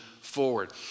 forward